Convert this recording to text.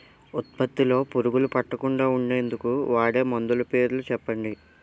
ఉత్పత్తి లొ పురుగులు పట్టకుండా ఉండేందుకు వాడే మందులు పేర్లు చెప్పండీ?